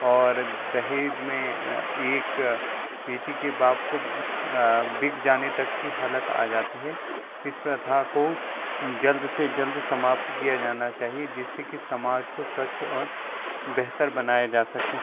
और दहेज में एक बेटी के बाप को बिक जाने तक की हालत आ जाती है इस प्रथा को जल्द से जल्द समाप्त किया जाना चाहिए जिससे कि समाज को स्वच्छ और बेहतर बनाए जा सकें